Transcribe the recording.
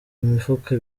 mifuka